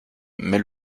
mais